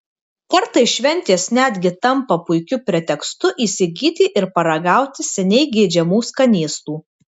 kartais šventės netgi tampa puikiu pretekstu įsigyti ir paragauti seniai geidžiamų skanėstų